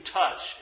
touch